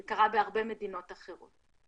זה קרה בהרבה מדינות אחרות.